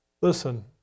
Listen